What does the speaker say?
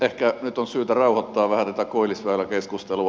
ehkä nyt on syytä rauhoittaa vähän tätä koillisväylä keskustelua